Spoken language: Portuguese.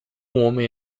homem